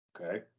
Okay